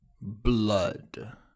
Blood